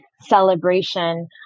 celebration